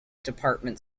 department